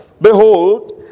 Behold